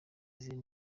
izindi